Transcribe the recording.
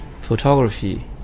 photography